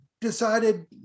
decided